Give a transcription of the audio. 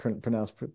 pronounced